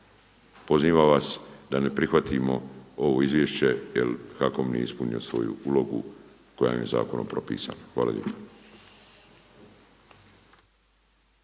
pozivam vas da ne prihvatimo ovo izvješće jer HAKOM nije ispunio svoju ulogu koja mu je zakonom propisana. Hvala lijepo.